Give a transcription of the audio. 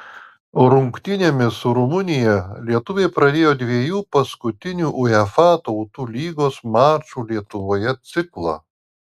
rungtynėmis su rumunija lietuviai pradėjo dviejų paskutinių uefa tautų lygos mačų lietuvoje ciklą